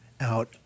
out